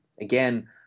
again